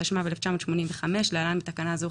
התשמ"ו-1985 (להלן בתקנה זו,